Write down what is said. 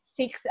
six